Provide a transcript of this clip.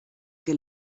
que